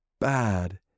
bad